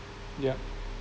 yup